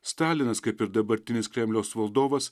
stalinas kaip ir dabartinis kremliaus valdovas